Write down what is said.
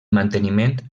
manteniment